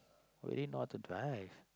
already know how to drive